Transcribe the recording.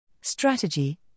Strategy